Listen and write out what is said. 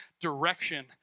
direction